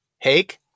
Hake